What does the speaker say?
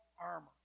armor